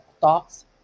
thoughts